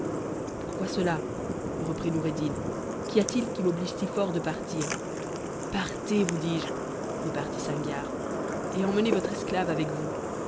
pourquoi cela reprit noureddin qu'y a-t-il qui m'obliges for n'tit partez vous dis-je repartit sangiar et emmenez votre tvc avec vous